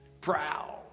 proud